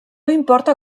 importa